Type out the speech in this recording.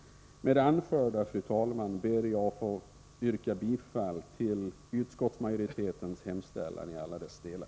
Med det anförda, fru talman, ber jag att få yrka bifall till utskottsmajoritetens hemställan i alla dess delar.